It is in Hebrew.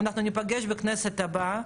ניפגש בכנסת הבאה